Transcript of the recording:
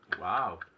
Wow